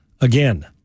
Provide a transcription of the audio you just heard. Again